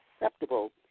acceptable